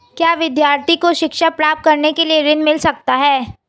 क्या विद्यार्थी को शिक्षा प्राप्त करने के लिए ऋण मिल सकता है?